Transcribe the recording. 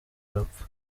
arapfa